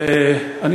סוייד.